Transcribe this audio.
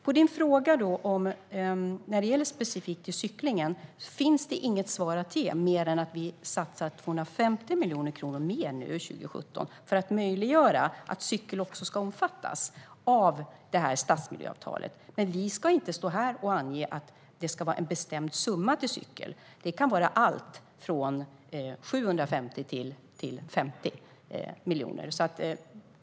När det gäller Nina Lundströms fråga om specifikt cyklingen finns det inget svar att ge mer än att vi satsar 250 miljoner kronor mer 2017 för att möjliggöra att cykling också omfattas av detta stadsmiljöavtal. Men vi ska inte stå här och ange att det ska vara en bestämd summa till cykling. Det kan vara allt från 50 till 750 miljoner.